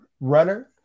runner